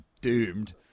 doomed